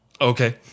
Okay